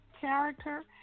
character